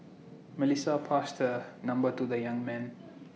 Melissa passed her number to the young man